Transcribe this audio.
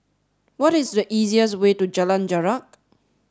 what is the easiest way to Jalan Jarak